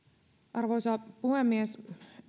arvoisa puhemies